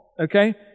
okay